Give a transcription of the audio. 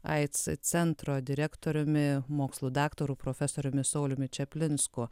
aids centro direktoriumi mokslų daktaru profesoriumi sauliumi čaplinsku